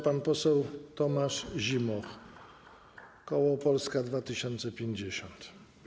Pan poseł Tomasz Zimoch, koło Polska 2050.